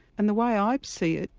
and the way i see it,